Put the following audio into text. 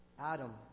Adam